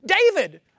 David